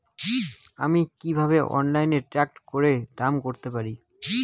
আমি কিভাবে অনলাইনে ট্রাক্টরের দাম দেখতে পারি?